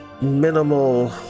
minimal